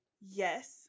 yes